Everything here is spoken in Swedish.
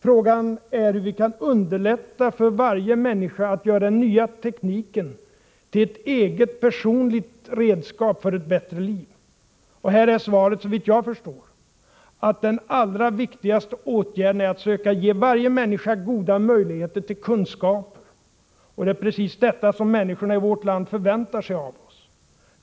Frågan är hur vi kan underlätta för varje människa att göra den nya tekniken till ett eget, personligt redskap för ett bättre liv. Här är svaret, såvitt jag förstår, att den allra viktigaste åtgärden är att söka ge varje människa goda möjligheter till kunskaper. Det är precis detta som människorna i vårt land förväntar sig av oss.